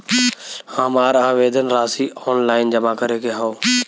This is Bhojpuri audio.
हमार आवेदन राशि ऑनलाइन जमा करे के हौ?